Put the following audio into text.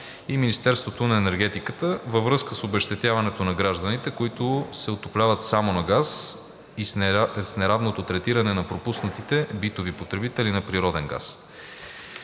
и Министерството на енергетиката във връзка с обезщетяването на гражданите, които се отопляват само на газ, и с неравното третиране на пропуснатите битови потребители на природен газ.